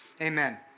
Amen